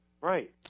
Right